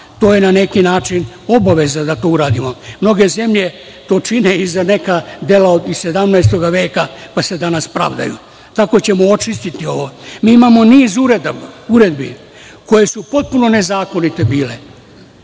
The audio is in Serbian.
To je na neki način obaveza da to uradimo. Mnoge zemlje to čine i za neka dela iz 17. veka, pa se danas pravdaju. Tako ćemo očistiti ovo. Mi imamo niz uredbi koje su potpuno nezakonite bile.